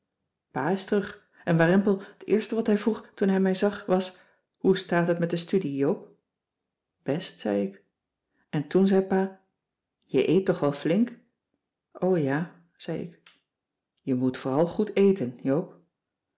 terug en warempel t eerste wat hij vroeg toen hij mij zag was hoe staat het met de studie joop best zei ik en toen zei pa je eet toch wel flink o ja zei ik je moet vooral goed eten joop